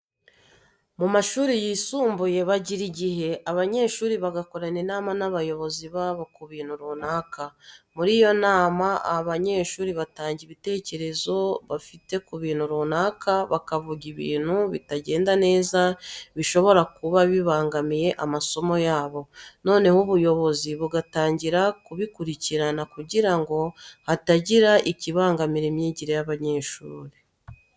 Mu mashuri yisumbuye bagira igihe abanyeshuri bagakorana inama n'abayobozi babo ku bintu runaka. Muri iyo nama abanyeshuri batanga ibitekerezo bafite ku bintu runaka, bakavuga ibintu bitagenda neza bishobora kuba bibangamiye amasomo yabo, noneho ubuyobozi bugatangira bukabikurikirana kugira ngo hatagira ikibangamira imyigire y'abanyeshuri.